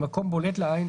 במקום בולט לעין,